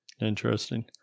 interesting